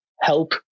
help